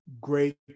great